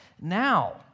now